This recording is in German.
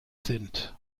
sind